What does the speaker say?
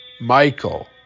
Michael